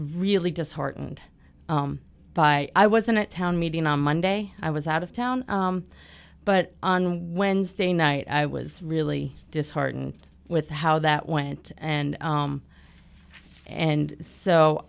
really disheartened by i was in a town meeting on monday i was out of town but on wednesday night i was really disheartened with how that went and and so